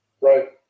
right